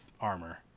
armor